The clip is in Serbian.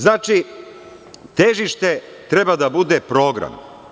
Znači, težište treba da bude program.